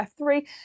f3